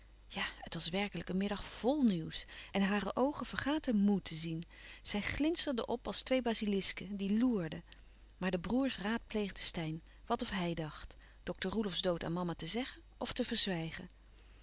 ja het was werkelijk een middag vl nieuws en hare oogen vergaten moê te zien zij glinsterden op als twee bazilisken die loerden maar de broêrs raadpleegden steyn wat of hij dacht dokter roelofsz dood aan mama te zeggen of te verzwijgen